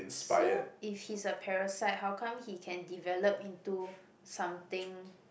so if he's a parasite how come he can develop into something